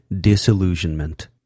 Disillusionment